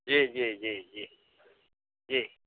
जी जी जी जी जी